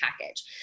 package